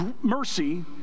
mercy